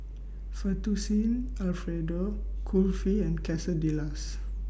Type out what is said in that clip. Fettuccine Alfredo Kulfi and Quesadillas